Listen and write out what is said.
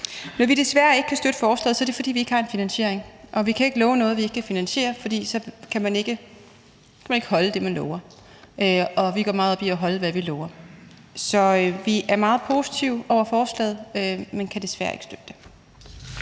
Når vi desværre ikke kan støtte forslaget, er det, fordi vi ikke har en finansiering, og vi kan ikke love noget, vi ikke kan finansiere, for så holder man ikke det, man lover – og vi går meget op i at holde, hvad vi lover. Så vi er meget positive over for forslaget, men kan desværre ikke støtte det.